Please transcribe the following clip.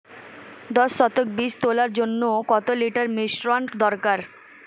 দশ শতক বীজ তলার জন্য কত লিটার মিশ্রন দরকার?